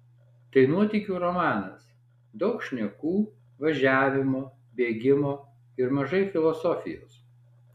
tai nuotykių romanas daug šnekų važiavimo bėgimo ir mažai filosofijos